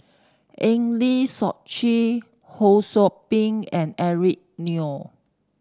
Eng Lee Seok Chee Ho Sou Ping and Eric Neo